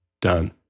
done